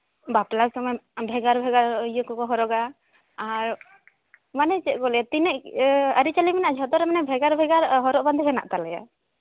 ᱵᱟᱯᱞᱟ ᱥᱚᱢᱚᱭ ᱵᱷᱮᱜᱟᱨ ᱵᱷᱮᱜᱟᱨ ᱤᱭᱟᱹ ᱠᱚᱠᱚ ᱦᱚᱨᱚᱜᱟ ᱟᱨ ᱢᱟᱱᱮ ᱪᱮᱫ ᱠᱚ ᱞᱟᱹᱭᱟ ᱛᱤᱱᱟᱹᱜ ᱤᱭᱟᱹ ᱟᱹᱨᱤᱪᱟᱹᱞᱤ ᱢᱮᱱᱟᱜᱼᱟ ᱡᱷᱚᱛᱚ ᱨᱮ ᱢᱟᱱᱮ ᱵᱷᱮᱜᱟᱨ ᱵᱷᱮᱜᱟᱨ ᱦᱚᱨᱚᱜ ᱵᱟᱸᱫᱮ ᱢᱮᱱᱟᱜ ᱛᱟᱞᱮᱭᱟ